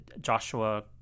Joshua